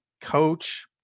Coach